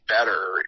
better